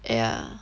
yeah